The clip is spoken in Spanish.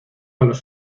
los